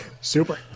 super